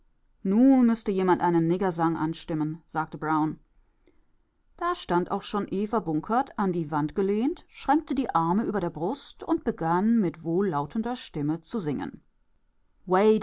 nun müßte jemand einen niggersang anstimmen sagte brown da stand auch schon eva bunkert an die wand gelehnt schränkte die arme über der brust und begann mit wohllautender stimme zu singen